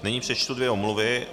Nyní přečtu dvě omluvy.